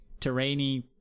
terrainy